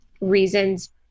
reasons